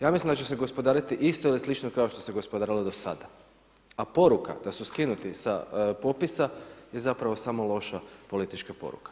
Ja mislim da će se gospodariti isto ili slično kao što se gospodarilo do sada, a poruka da su skinuti sa popisa je zapravo samo loša politička poruka.